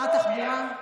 הוא לא יודע.